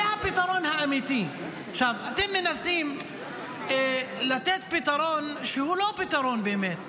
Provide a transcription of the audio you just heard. זה הפתרון האמיתי.אתם מנסים לתת פתרון שהוא לא פתרון באמת,